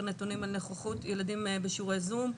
נתונים על נוכחות ילדים בשיעורי זום?